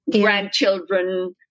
grandchildren